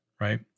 right